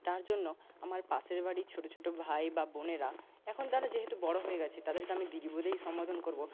তার জন্য আমার পাশের বাড়ি ছোট ছোট ভাই বা বোনেরা এখন তারা যেহেতু বড় হয়ে গিয়েছে তাদেরকে আমি দিদি বলেই সম্বোধন করব